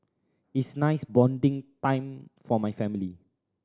is nice bonding time for my family